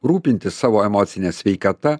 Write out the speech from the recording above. rūpintis savo emocine sveikata